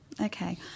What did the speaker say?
okay